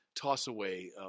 toss-away